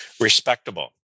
respectable